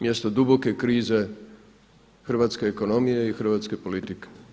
Mjesto duboke krize hrvatske ekonomije i hrvatske politike.